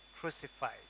crucified